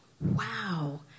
wow